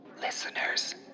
Listener's